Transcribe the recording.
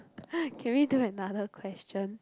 can we do another question